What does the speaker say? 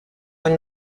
une